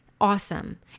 awesome